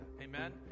Amen